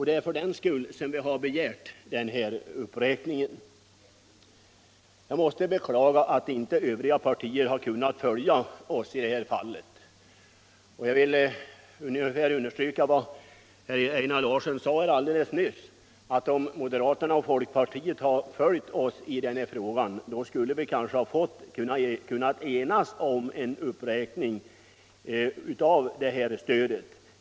Det är därför som vi har begärt nämnda uppräkning. Jag beklagar att övriga partier inte har kunnat följa oss i detta fall och jag vill understryka vad herr Larsson i Borrby sade alldeles nyss, att om moderaterna och folkpartisterna hade följt oss i denna fråga, så skulle vi ha kunnat enas i utskottet om en uppräkning av stödet.